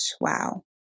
wow